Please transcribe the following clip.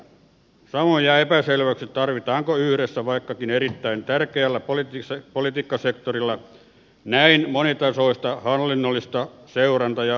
samoin jää epäselväksi tarvitaanko yhdellä vaikkakin erittäin tärkeällä politiikkasektorilla näin monitasoista hallinnollista seuranta ja raportointijärjestelmää